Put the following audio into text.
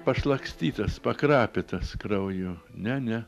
pašlakstytas pakrapytas krauju ne ne